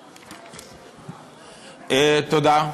תודה.